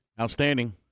Outstanding